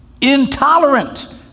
intolerant